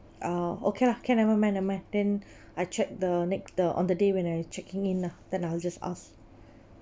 ah okay lah can never mind never mind then I check the nex~ the on the day when I checking in lah then I will just ask